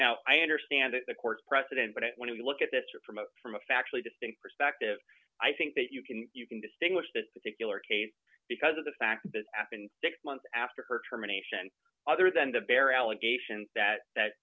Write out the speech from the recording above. now i understand the court's precedent but it when you look at this from a from a factually distinct perspective i think that you can you can distinguish this particular case because of the fact that happened six months after her terminations other than the bare allegation that